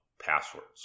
passwords